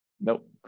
nope